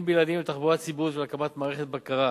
בלעדיים לתחבורה ציבורית ולהקמת מערכות בקרה,